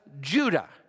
Judah